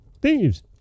Thieves